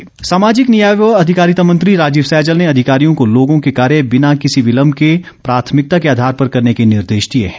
सैजल सामाजिक न्याय व अधिकारिता मंत्री राजीव सैजल ने अधिकारियों को लोगों के कार्य बिना किसी विलम्ब के प्राथमिकता के आधार पर करने के निर्देश दिए हैं